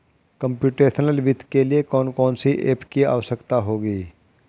Computational वित्त के लिए कौन कौन सी एप की आवश्यकता होगी?